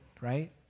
right